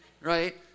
right